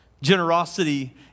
Generosity